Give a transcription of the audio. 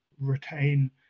retain